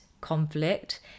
conflict